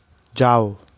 जाओ